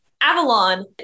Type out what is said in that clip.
Avalon